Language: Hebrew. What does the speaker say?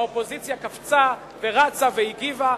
האופוזיציה קפצה ורצה והגיבה,